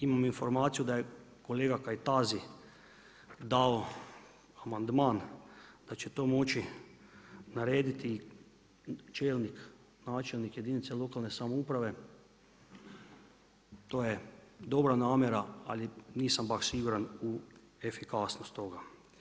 Imam informaciju da je kolega Kajtazi dao amandman da će to moći narediti i čelnik, načelnik jedinice lokalne samouprave, to je dobra namjera ali nisam baš siguran u efikasnost toga.